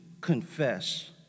confess